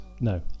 no